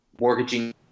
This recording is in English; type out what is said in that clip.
mortgaging